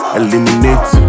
eliminate